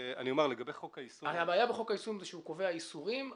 --- הבעיה בחוק היישום היא שהוא קובע איסורים,